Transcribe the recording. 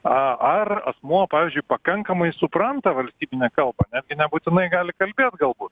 a ar asmuo pavyzdžiui pakankamai supranta valstybinę kalbą nes gi nebūtinai gali kalbėt galbūt